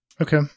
Okay